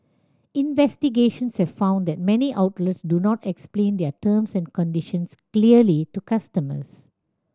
investigations have found that many outlets do not explain their terms and conditions clearly to customers